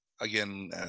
again